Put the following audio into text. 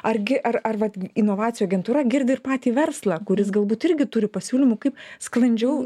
argi ar ar vat inovacijų agentūra girdi ir patį verslą kuris galbūt irgi turi pasiūlymų kaip sklandžiau